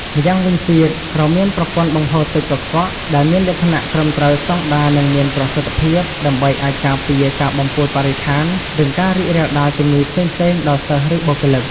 ម្យ៉ាងវិញទៀត ត្រូវមានប្រព័ន្ធបង្ហូរទឹកកខ្វក់ដែលមានលក្ខណៈត្រឹមត្រូវស្តង់ដា និងមានប្រសិទ្ធភាព ដើម្បីអាចការពារការបំពុលបរិស្ថាន និងការរីករាលដាលជំងឺផ្សេងៗដល់សិស្សឬបុគ្គលិក។